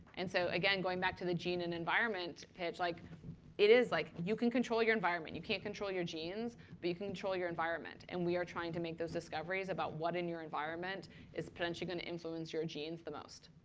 and so, again, going back to the gene and environment pitch, like like you can control your environment. you can't control your genes, but you can control your environment. and we are trying to make those discoveries about what in your environment is potentially going to influence your genes the most.